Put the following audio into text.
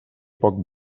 poc